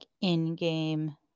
in-game